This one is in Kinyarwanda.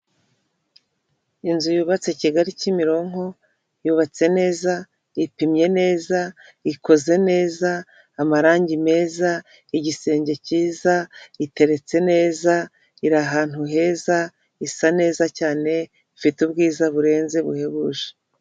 Inzu yubatse Kigali Kimironko, yubatse neza, ipimye neza, ikoze neza, amarange meza, igisenge cyiza, iteretse neza, iri ahantu heza, isa neza cyane, ifite ubwiza burenze buhebuje.